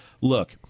look